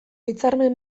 hitzarmen